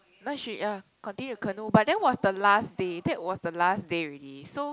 no she ya continue to canoe but that was the last day that was the last day already so